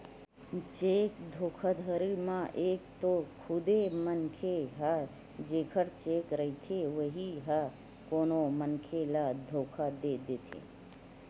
cheque धोखाघड़ी म एक तो खुदे मनखे ह जेखर चेक रहिथे उही ह कोनो मनखे ल धोखा दे देथे